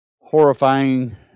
horrifying